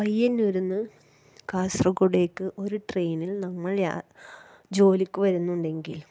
പയ്യന്നൂരിൽ നിന്ന് കാസർഗോഡേക്ക് ഒരു ട്രെയിനിൽ നമ്മൾ യാത്ര ജോലിക്ക് വരുന്നുണ്ടെങ്കിൽ